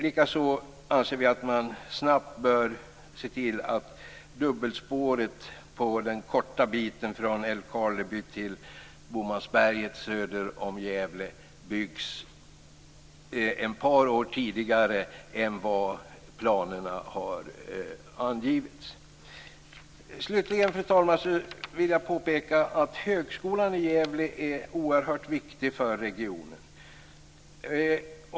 Likaså anser vi att man snabbt bör se till att dubbelspåret på den korta biten från Älvkarleby till Bomansberget söder om Gävle byggs ett par år tidigare än vad som har angivits i planerna. Slutligen, fru talman, vill jag påpeka att högskolan i Gävle är oerhört viktig för regionen.